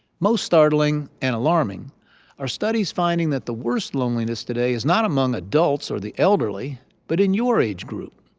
most startling and alarming are studies finding that the worst loneliness today is not among adults or the elderly but in your age group.